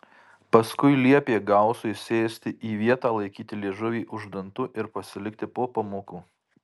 paskui liepė gausui sėsti į vietą laikyti liežuvį už dantų ir pasilikti po pamokų